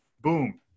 boom